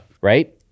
right